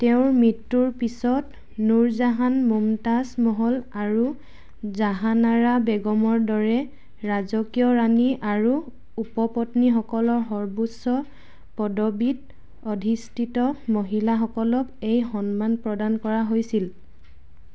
তেওঁৰ মৃত্যুৰ পিছত নুৰ জাহান মুমতাজ মহল আৰু জাহানাৰা বেগমৰ দৰে ৰাজকীয় ৰাণী আৰু উপপত্নীসকলৰ সৰ্বোচ্চ পদবীত অধিষ্ঠিত মহিলাসকলক এই সন্মান প্ৰদান কৰা হৈছিল